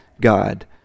God